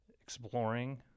exploring